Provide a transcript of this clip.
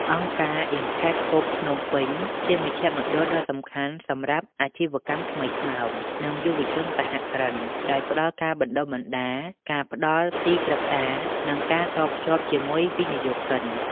អង្គការ Impact Hub Phnom Penh ជាមជ្ឈមណ្ឌលដ៏សំខាន់សម្រាប់ "អាជីវកម្មថ្មីថ្មោង" និងយុវជនសហគ្រិន ដោយផ្ដល់ការបណ្ដុះបណ្ដាល ការផ្ដល់ទីប្រឹក្សា និងការតភ្ជាប់ជាមួយវិនិយោគិន។